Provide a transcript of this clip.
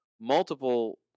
Multiple